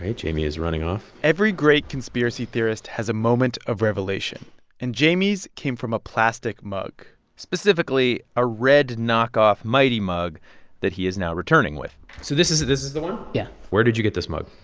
jayme is running off every great conspiracy theorist has a moment of revelation and jayme's came from a plastic mug specifically, a red knockoff mighty mug that he is now returning with so this is this is the one? yeah where did you get this mug?